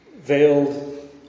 Veiled